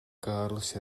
kārlis